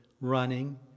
running